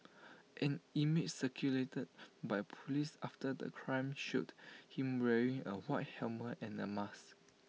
an image circulated by Police after the crime showed him wearing A white helmet and A mask